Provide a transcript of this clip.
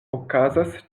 okazas